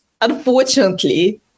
unfortunately